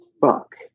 fuck